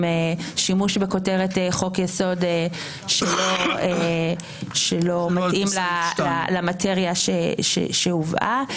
שימוש בכותרת חוק יסוד שלא מתאים למטריה שהובאה.